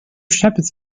shepherds